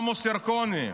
עמוס ירקוני,